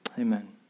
Amen